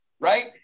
Right